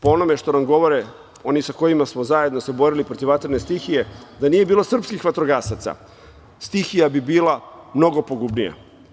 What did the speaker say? Po onome što nam govore oni sa kojima smo se zajedno borili protiv vatrene stihije, da nije bilo srpskih vatrogasaca, stihija bi bila mnogo pogubnija.